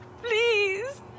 Please